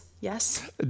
Yes